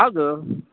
ಹೌದು